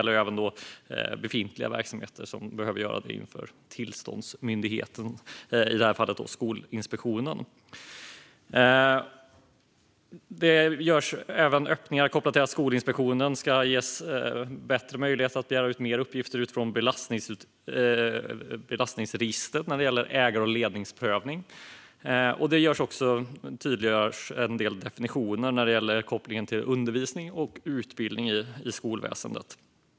Även befintliga verksamheter behöver ansöka om det hos tillståndsmyndigheten, i det här fallet Skolinspektionen. Det görs även öppningar för att Skolinspektionen ska ges bättre möjlighet att begära ut mer uppgifter från belastningsregistret när det gäller ägar och ledningsprövning. En del definitioner tydliggörs också när det gäller kopplingen till undervisning och utbildning i skolväsendet.